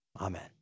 Amen